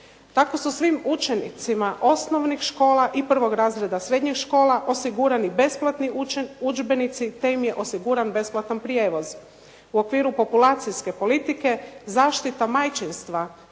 Tako su svim učenicima osnovnih škola i prvog razreda srednjih škola osigurani besplatni udžbenici te im je osiguran besplatan prijevoz. U okviru populacijske politike zaštita majčinstva